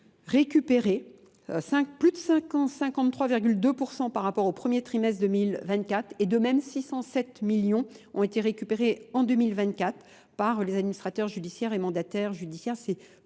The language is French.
récupéré plus de 53,2% par rapport au premier trimestre 2024 et de même 607 millions ont été récupérés en 2024 par les administrateurs judiciaires et mandataires judiciaires,